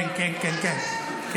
כן, כן.